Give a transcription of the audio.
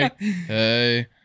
hey